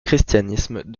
christianisme